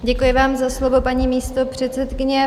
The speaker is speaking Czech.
Děkuji vám za slovo, paní místopředsedkyně.